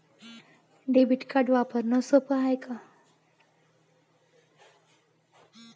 Debit card वापरणं सोप हाय का?